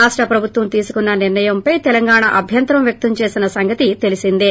రాష్ట ప్రభుత్వం తీసుకున్న నిర్ణయంపై తెలంగాణ అభ్యంతరం వ్యక్తం చేసిన సంగతి తెలిసిందే